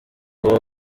uwo